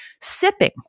Sipping